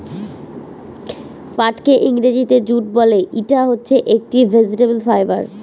পাটকে ইংরেজিতে জুট বলে, ইটা হচ্ছে একটি ভেজিটেবল ফাইবার